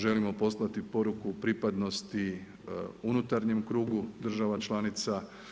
Želimo poslati poruku pripadnosti unutarnjem krugu država članica.